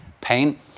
pain